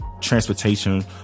transportation